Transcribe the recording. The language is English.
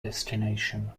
destination